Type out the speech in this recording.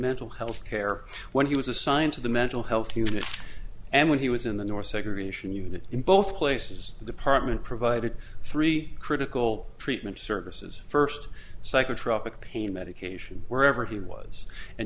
mental health care when he was assigned to the mental health unit and when he was in the north segregation unit in both places the department provided three critical treatment services first psychotropic pain medication wherever he was and